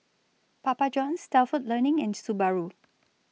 Papa Johns Stalford Learning and Subaru